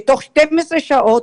ותוך 12 שעות,